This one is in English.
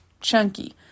chunky